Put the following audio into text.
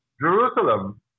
Jerusalem